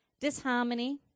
disharmony